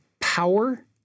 power